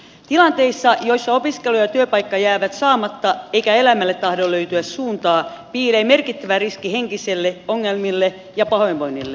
tilanteissa joissa opiskelu ja työpaikka jäävät saamatta eikä elämälle tahdo löytyä suuntaa piilee merkittävä riski henkisille ongelmille ja pahoinvoinnille